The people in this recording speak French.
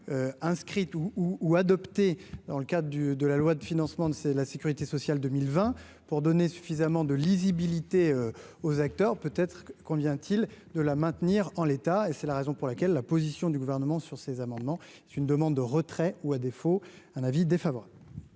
inscrite ou ou adopté dans le cadre du de la loi de financement de la Sécurité sociale 2020 pour donner suffisamment de lisibilité aux acteurs, peut être qu'on vient-t-il de la maintenir en l'état, et c'est la raison pour laquelle la position du gouvernement sur ces amendements, c'est une demande de retrait ou à défaut un avis défaveur.